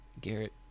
garrett